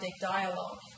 dialogue